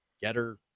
Getter